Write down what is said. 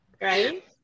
right